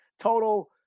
total